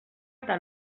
eta